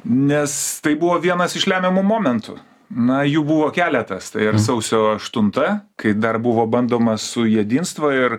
nes tai buvo vienas iš lemiamų momentų na jų buvo keletas tai ir sausio aštunta kai dar buvo bandoma su jedinstva ir